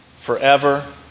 Forever